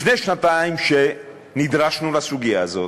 לפני שנתיים, כשנדרשנו לסוגיה הזאת,